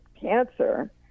cancer